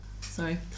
Sorry